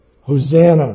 Hosanna